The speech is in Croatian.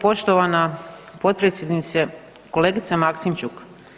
Poštovana potpredsjednice, kolegice Maksimćuk.